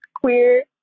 queer